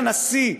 לנשיא,